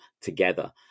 together